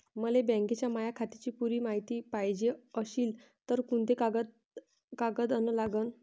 मले बँकेच्या माया खात्याची पुरी मायती पायजे अशील तर कुंते कागद अन लागन?